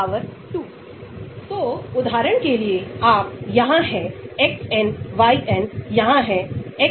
तोअगर आपके पास एक अणु है अगर आप एक विशेष कार्यात्मक समूह के साथ बदलते हैं तो हम योगदान का पता लगा सकते हैं